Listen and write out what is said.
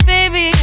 Baby